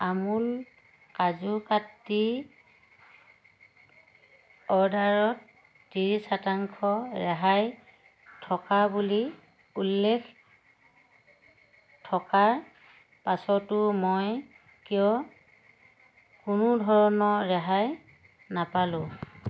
আমুল কাজু কাত্ৰীৰ অৰ্ডাৰত ত্ৰিছ শতংশ ৰেহাই থকা বুলি উল্লেখ থকাৰ পাছতো মই কিয় কোনোধৰণৰ ৰেহাই নাপালো